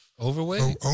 Overweight